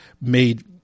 made